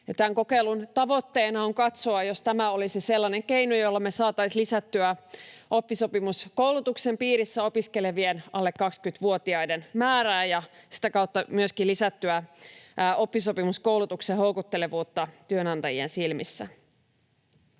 Tämän kokeilun tavoitteena on katsoa, olisiko tämä sellainen keino, jolla me saataisiin lisättyä oppisopimuskoulutuksen piirissä opiskelevien alle 20-vuotiaiden määrää ja sitä kautta myöskin lisättyä oppisopimuskoulutuksen houkuttelevuutta työnantajien silmissä.